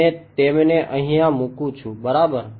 અને તેમને અહિયાં મુકું છું બરાબર